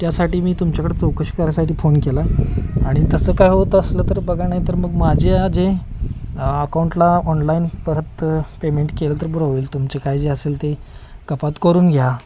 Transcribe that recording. त्यासाठी मी तुमच्याकडं चौकशी करायसाठी फोन केला आहे आणि तसं काय होत असलं तर बघा नाही तर मग माझ्या जे अकाऊंटला ऑनलाईन परत पेमेंट केलं तर बरं होईल तुमचे काय जे असेल ते कपात करून घ्या